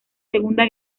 segunda